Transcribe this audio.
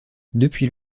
depuis